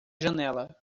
janela